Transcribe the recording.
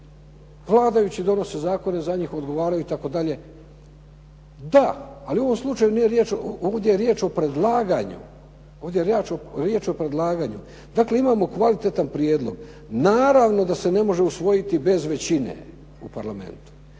vladajući donose zakone, za njih odgovaraju itd. Da, ali u ovom slučaju nije riječ. Ovdje je riječ o predlaganju. Dakle, imamo kvalitetan prijedlog. Naravno da se ne može usvojiti bez većine u Parlamentu.